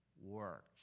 works